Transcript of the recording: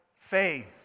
faith